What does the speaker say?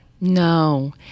No